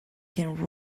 can